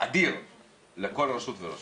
אדיר לכל רשות ורשות.